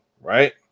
right